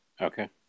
okay